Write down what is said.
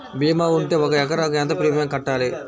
భీమా ఉంటే ఒక ఎకరాకు ఎంత ప్రీమియం కట్టాలి?